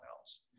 else